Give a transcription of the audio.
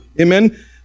Amen